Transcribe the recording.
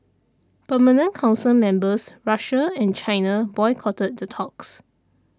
permanent council members Russia and China boycotted the talks